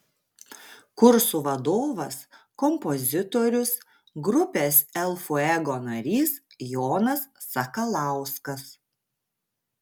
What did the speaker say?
kursų vadovas kompozitorius grupės el fuego narys jonas sakalauskas